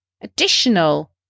additional